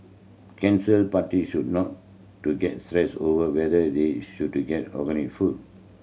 cancer party should not to get stressed over whether they should get organic food